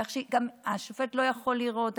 כך שגם השופט לא יכול לראות,